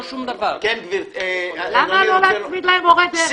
לא שום דבר -- למה לא להצמיד להם מורה דרך?